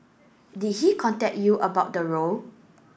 did he contact you about the role